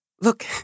Look